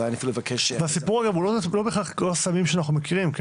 וזה לא בהכרח הסמים שאנחנו מכירים.